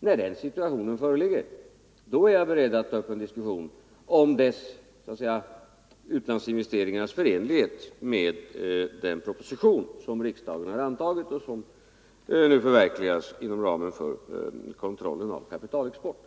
När den situationen föreligger, är jag beredd att ta upp en diskussion om dessa utlandsinvesteringars förenlighet med den proposition som riksdagen har antagit och som nu förverkligas inom ramen för kontrollen av kapitalexport.